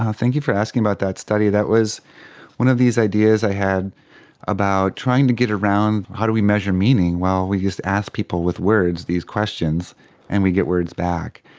thank you for asking about that study, that was one of these ideas i had about trying to get around how do we measure meaning? well, we just ask people with words these questions and we get words back.